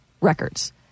records